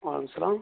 وعلیکم السلام